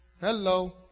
Hello